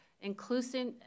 inclusive